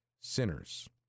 sinners